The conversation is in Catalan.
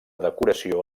decoració